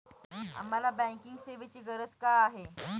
आम्हाला बँकिंग सेवेची गरज का आहे?